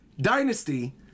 dynasty